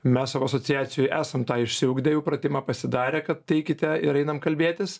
mes savo asociacijoj esam tą išsiugdę jau pratimą pasidarę kad teikite ir einam kalbėtis